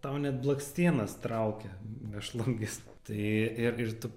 tau net blakstienas traukia mėšlungis tai ir ir tu